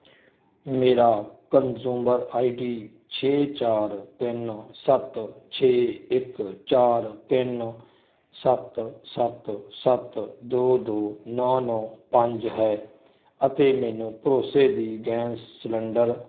ਮੇਰਾ consumer ID ਛੇ ਚਾਰ ਤਿੰਨ ਸੱਤ ਛੇ ਇੱਕ ਚਾਰ ਸੱਤ ਸੱਤ ਸੱਤ ਦੋ ਦੋ ਨੌਂ ਨੌਂ ਪੰਜ ਹੈ ਅਤੇ ਮੈਨੂੰ ਭਰੋਸੇ ਦੀ ਗੈਸ ਸਲੰਡਰ